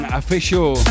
Official